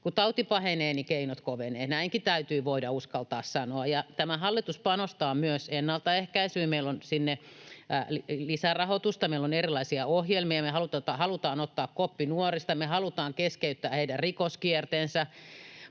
Kun tauti pahenee, niin keinot kovenevat, näinkin täytyy voida uskaltaa sanoa. Tämä hallitus panostaa myös ennaltaehkäisyyn, meillä on sinne lisärahoitusta, meillä on erilaisia ohjelmia. Me halutaan ottaa koppi nuorista, me halutaan keskeyttää heidän rikoskierteensä,